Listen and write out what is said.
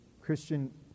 Christian